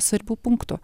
svarbių punktų